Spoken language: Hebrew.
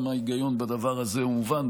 גם ההיגיון בדבר הזה מובן,